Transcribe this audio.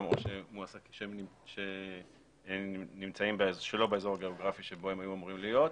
או שהם נמצאים שלא באזור הגיאוגרפי בו הם היו אמורים להיות,